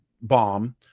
bomb